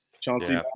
Chauncey